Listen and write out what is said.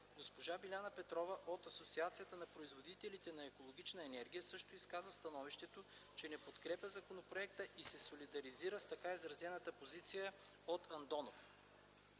Госпожа Биляна Петрова от Асоциацията на производителите на екологична енергия, също изказа становището, че не подкрепят законопроекта и се солидаризират с така изразената позиция от Андонов.